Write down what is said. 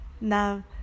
Now